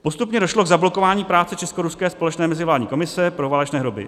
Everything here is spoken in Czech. Postupně došlo k zablokování práce Českoruské společné mezivládní komise pro válečné hroby.